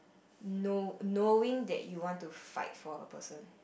know knowing that you want to fight for a person